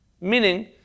Meaning